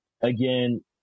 again